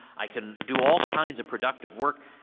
i can do all kinds of productive work.